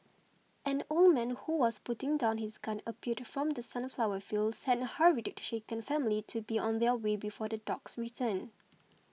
an old man who was putting down his gun appeared from the sunflower fields and hurried the shaken family to be on their way before the dogs return